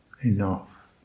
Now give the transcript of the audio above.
enough